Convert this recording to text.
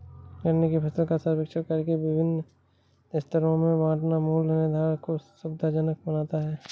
गन्ने की फसल का सर्वेक्षण करके विभिन्न स्तरों में बांटना मूल्य निर्धारण को सुविधाजनक बनाता है